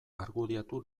argudiatu